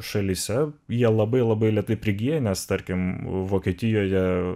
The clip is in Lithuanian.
šalyse jie labai labai lėtai prigyja nes tarkim vokietijoje